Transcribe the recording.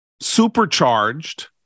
Supercharged